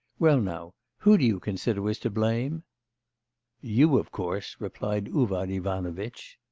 well now, who do you consider was to blame you, of course replied uvar ivanovitch.